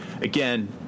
again